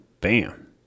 Bam